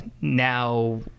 now